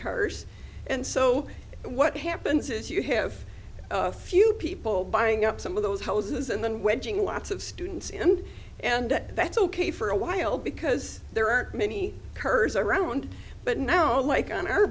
cars and so what happens is you have a few people buying up some of those houses and then went doing lots of students in and that's ok for a while because there aren't many kurds around but now like on our